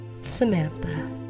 Samantha